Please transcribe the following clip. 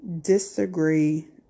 disagree